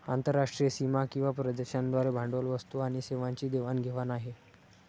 आंतरराष्ट्रीय सीमा किंवा प्रदेशांद्वारे भांडवल, वस्तू आणि सेवांची देवाण घेवाण आहे